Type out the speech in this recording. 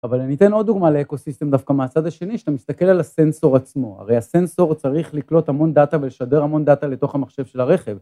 ‫אבל אני אתן עוד דוגמה לאקוסיסטם ‫דווקא מהצד השני, ‫שאתה מסתכל על הסנסור עצמו. ‫הרי הסנסור צריך לקלוט המון דאטה ‫ולשדר המון דאטה לתוך המחשב של הרכב.